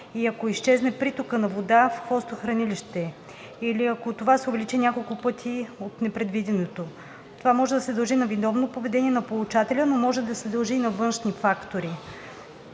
и ако изчезне притокът на вода в хвостохранилище, или ако това се увеличи няколко пъти от предвиденото, това може да се дължи на виновно поведение на получателя, но може да се дължи и на външни фактори.